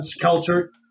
culture